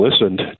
listened